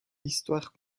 histoires